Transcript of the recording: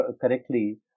correctly